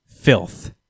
filth